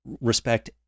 respect